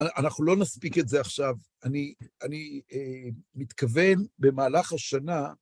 אנחנו לא נספיק את זה עכשיו, אני אני מתכוון, במהלך השנה...